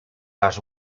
las